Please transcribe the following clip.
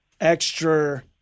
extra